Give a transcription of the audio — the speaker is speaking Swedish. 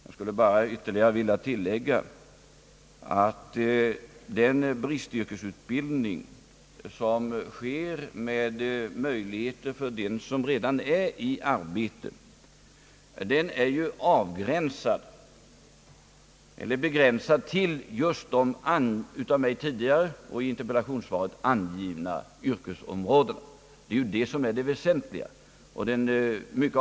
Jag skulle bara ytterligare vilja tillägga att den bristyrkesutbildning som sker med möjligheter för den som redan är i arbete är begränsad till just de av mig tidigare och i interpellationssvaret angivna yrkesområdena. Det är ju det väsentliga och den mycket avgörande skillnaden i förhållande till den allmänna omskolningsverksamheten.